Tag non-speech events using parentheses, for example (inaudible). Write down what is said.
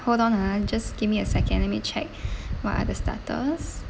hold on ah just give me a second let me check (breath) what are the starters